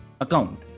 account